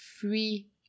free